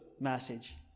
message